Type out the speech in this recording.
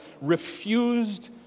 refused